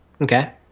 Okay